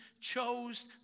chose